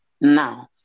now